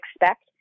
expect